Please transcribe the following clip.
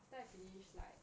after I finished like